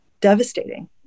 devastating